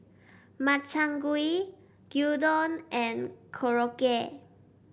Makchang Gui Gyudon and Korokke